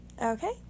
Okay